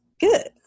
good